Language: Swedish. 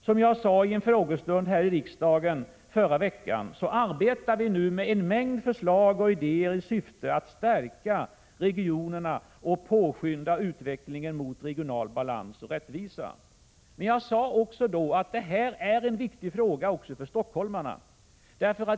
Som jag sade i en frågestund här i riksdagen förra veckan arbetar vi nu med en mängd förslag och idéer i syfte att stärka regionerna och påskynda utvecklingen mot regional balans och rättvisa. Jag sade då också att detta är en viktig fråga även för stockholmarna.